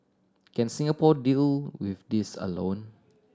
can Singapore deal with this alone